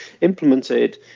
implemented